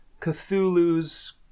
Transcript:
Cthulhu's